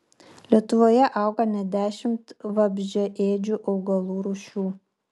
lietuvoje auga net dešimt vabzdžiaėdžių augalų rūšių